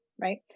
Right